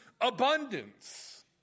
abundance